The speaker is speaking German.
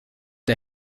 der